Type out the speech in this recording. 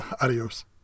Adios